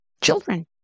children